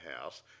house